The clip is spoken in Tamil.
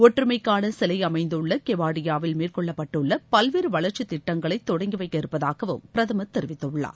ஒற்றுமைக்கான சிலை அமைந்துள்ள கெவாடியாவில் மேற்கொள்ளப்பட்டுள்ள பல்வேறு வளர்ச்சித் திட்டங்னகளை தொடங்கிவைக்க இருப்பதாகவும் பிரதமர் தெரிவித்துள்ளார்